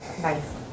Nice